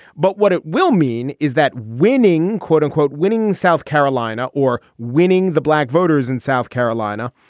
but what it will mean is that winning, quote unquote, winning south carolina or winning the black voters in south carolina,